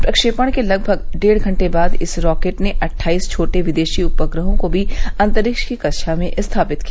प्रक्षेपण के लगभग डेढ़ घंटे बाद इस रॉकेट ने अव्राईस छोटे विदेशी उपग्रहों को भी अंतरिक्ष की कक्षा में स्थापित किया